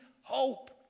hope